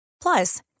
Plus